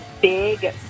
big